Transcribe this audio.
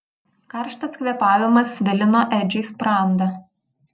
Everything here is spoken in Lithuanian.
karštas kvėpavimas svilino edžiui sprandą